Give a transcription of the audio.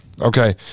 okay